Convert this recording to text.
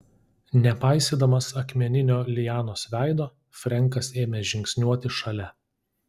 nepaisydamas akmeninio lianos veido frenkas ėmė žingsniuoti šalia